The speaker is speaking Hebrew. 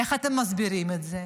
איך אתם מסבירים את זה?